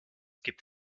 gibt